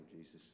Jesus